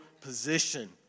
position